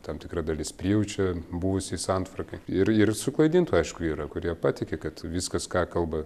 tam tikra dalis prijaučia buvusiai santvarkai ir ir suklaidintų aišku yra kurie patiki kad viskas ką kalba